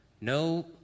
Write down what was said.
no